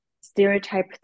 stereotype